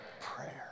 prayer